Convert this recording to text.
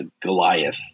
Goliath